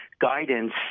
guidance